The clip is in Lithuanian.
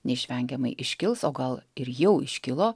neišvengiamai iškils o gal ir jau iškilo